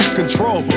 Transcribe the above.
control